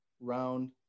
round